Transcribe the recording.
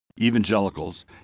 Evangelicals